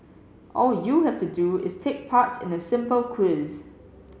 all you have to do is take part in a simple quiz